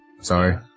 sorry